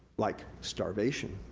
like starvation,